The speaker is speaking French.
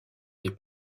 des